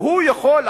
והוא יכול,